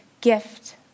gift